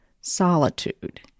solitude